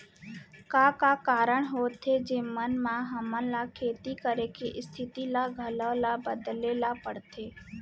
का का कारण होथे जेमन मा हमन ला खेती करे के स्तिथि ला घलो ला बदले ला पड़थे?